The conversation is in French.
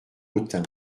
autun